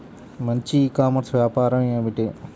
మంచి e commerce వ్యాపారం ఏమిటీ?